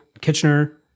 Kitchener